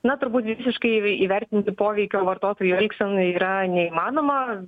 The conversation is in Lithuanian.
na turbūt visiškai į įvertinti poveikio vartotojų elgsenai yra neįmanoma